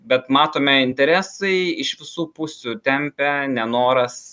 bet matome interesai iš visų pusių tempia nenoras